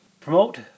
Promote